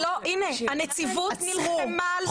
הנציבות נלחמה על זה.